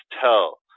tell